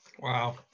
Wow